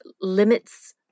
limits